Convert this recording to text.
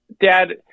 dad